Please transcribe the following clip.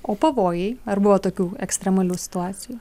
o pavojai ar buvo tokių ekstremalių situacijų